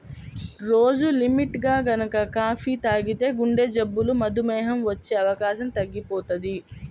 రోజూ లిమిట్గా గనక కాపీ తాగితే గుండెజబ్బులు, మధుమేహం వచ్చే అవకాశం తగ్గిపోతది